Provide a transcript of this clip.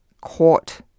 court